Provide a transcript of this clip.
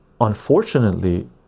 unfortunately